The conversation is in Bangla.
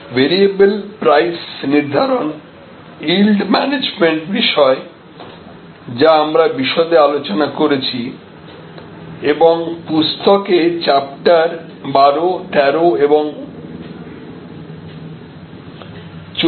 ভেরিয়েবল প্রাইস নির্ধারণ ইল্ড ম্যানেজমেন্ট বিষয় যা আমরা বিশদে আলোচনা করেছি এবং পুস্তকে চ্যাপ্টার 1213 এবং 14 তে উপলব্ধ